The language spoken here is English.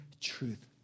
truth